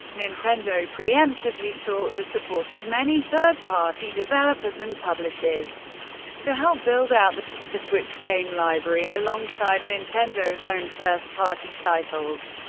nintendo preemptively sought the support of many third-party developers and publishers to help build out the switch's game library alongside nintendo's own first-party titles,